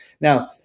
Now